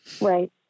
Right